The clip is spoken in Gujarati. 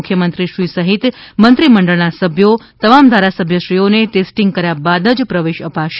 મુખ્યમંત્રીશ્રી સહિત મંત્રીમંડળના સભ્યો તમામ ધારાસભ્યશ્રીઓને ટેસ્ટિંગ કર્યાં બાદ જ પ્રવેશ અપાશે